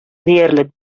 диярлек